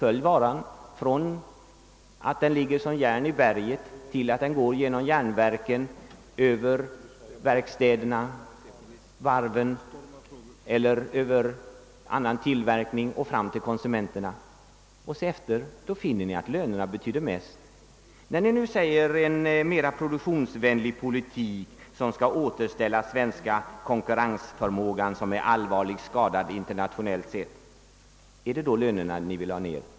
Följ varan från det att den ligger som järn i berget, genom järnverket, över verkstäderna, varven och annan tillverkning fram till konsumenterna och se efter! Då finner ni att lönerna betyder mest. När ni nu säger att ni vill föra en mera produktionsvänlig politik som skall återställa den svenska konkurrensförmågan — vilken är allvarligt skadad internationellt sett — är det då lönerna ni vill ha ner?